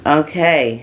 okay